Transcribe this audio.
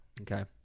okay